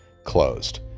Closed